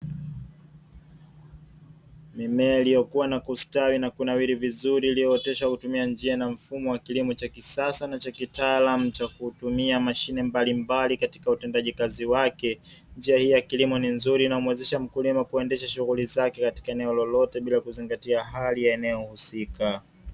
Mimea iliyokua na kustawi na kunawiri vizuri iliyootesha kutumia njia na mfumo wa kilimo cha kisasa na cha kitaalamu cha kutumia mashine mbalimbali katika utendaji kazi wake. Njia hii ya kilimo ni nzuri na uwezesha mkulima kuendesha shughuli zake katika eneo lolote bila kuzingatia hali ya eneo husika.